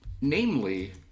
Namely